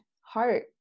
heart